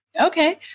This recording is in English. Okay